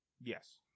Yes